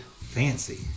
fancy